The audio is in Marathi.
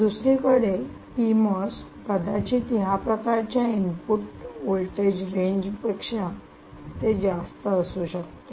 दुसरीकडे पीएमओएस कदाचित या प्रकारच्या इनपुट व्होल्टेज रेंज पेक्षा ते जास्त असू शकते